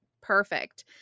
Perfect